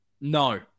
No